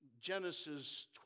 Genesis